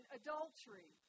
adultery